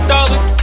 Dollars